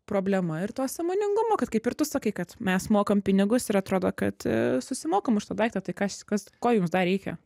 problema ir to sąmoningumo kad kaip ir tu sakai kad mes mokam pinigus ir atrodo kad susimokam už tą daiktą tai kas kas ko jums dar reikia